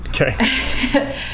okay